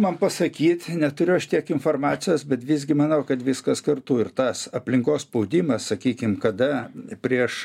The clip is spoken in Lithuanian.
man pasakyt neturiu aš tiek informacijos bet visgi manau kad viskas kartu ir tas aplinkos spaudimas sakykim kada prieš